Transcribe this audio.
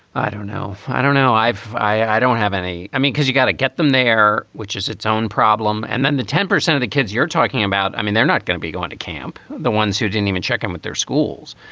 i don't know. i don't know. i've. i i don't have any. i mean, because you've got to get them there. which is its own problem. and then the ten percent of the kids you're talking about. i mean, they're not going to be going to camp. the ones who didn't even check in with their schools.